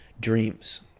dreams